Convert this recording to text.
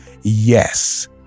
Yes